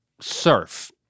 surf